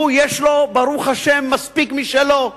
שהוא יש לו, ברוך השם, מספיק משלו.